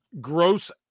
gross